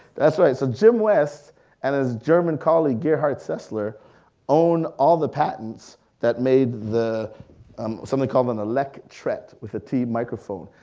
that's right. so jim west and his german colleague gerhard scessler owned all the patents that made um something called an electret with a t microphone.